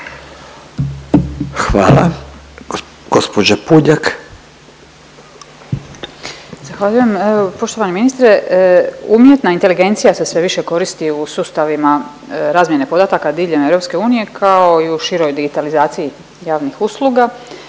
Marijana (Centar)** Zahvaljujem. Evo poštovani ministre, umjetna inteligencija se sve više koristi u sustavima razmjene podataka diljem EU, kao i u široj digitalizaciji javnih usluga.